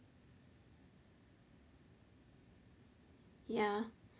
ya